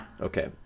Okay